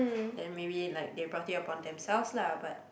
then maybe like they brought it upon themselves lah but